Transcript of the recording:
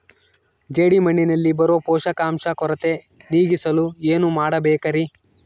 ಜೇಡಿಮಣ್ಣಿನಲ್ಲಿ ಬರೋ ಪೋಷಕಾಂಶ ಕೊರತೆ ನೇಗಿಸಲು ಏನು ಮಾಡಬೇಕರಿ?